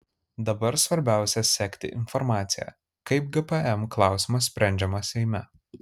dabar svarbiausia sekti informaciją kaip gpm klausimas sprendžiamas seime